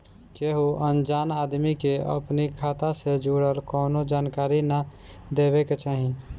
केहू अनजान आदमी के अपनी खाता से जुड़ल कवनो जानकारी ना देवे के चाही